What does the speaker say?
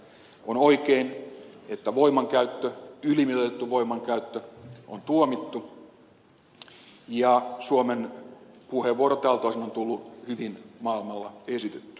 on oikein että voimankäyttö ylimitoitettu voimankäyttö on tuomittu ja suomen puheenvuoro tältä osin on tullut hyvin maailmalla esitettyä